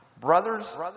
Brothers